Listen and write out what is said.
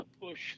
push